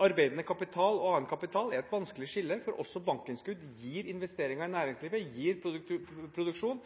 Arbeidende kapital og annen kapital er et vanskelig skille, for også bankinnskudd gir investeringer i næringslivet og gir produksjon,